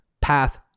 path